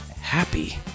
happy